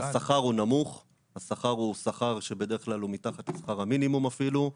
השכר הוא שכר שבדרך כלל הוא מתחת לשכר המינימום אפילו.